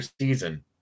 season